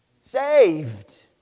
saved